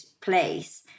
place